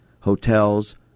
hotels